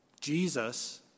Jesus